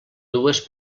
dues